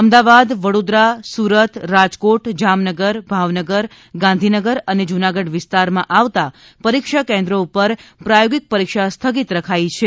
અમદાવાદ વડોદરા સુરત રાજકોટ જામનગર ભાવનગર ગાંધીનગર અને જુનાગઢ વિસ્તારમાં આવતા પરીક્ષા કેન્દ્રો પર પ્રાયોગિક પરીક્ષા સ્થગિત રખાઇ છે